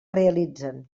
realitzen